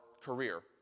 career